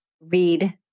read